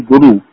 Guru